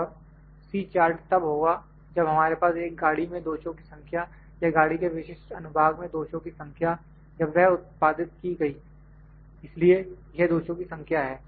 और C chart तब होगा जब हमारे पास एक गाड़ी में दोषों की संख्या या गाड़ी के विशिष्ट अनु भाग में दोषों की संख्या जब वह उत्पादित की गई इसलिए यह दोषों की संख्या है